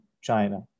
China